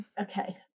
Okay